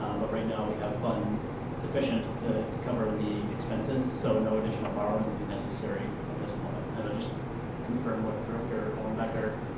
um but right now we have funds sufficient to to cover the expenses, so no additional borrowing will be necessary at this moment. and i'll just confirm with director ellen becker.